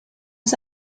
was